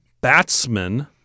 batsman